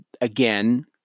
again